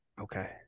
okay